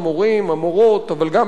אבל גם פגיעה בתלמידים,